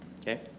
Okay